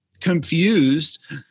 confused